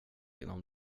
inom